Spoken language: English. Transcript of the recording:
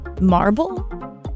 marble